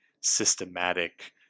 systematic